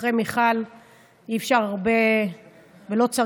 אחרי מיכל אי-אפשר הרבה להוסיף,